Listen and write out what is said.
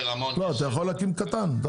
לא, אתה יכול להקים סופר קטן.